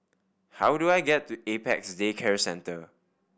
how do I get to Apex Day Care Centre